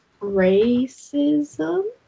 racism